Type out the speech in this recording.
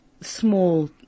small